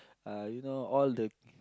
uh you know all the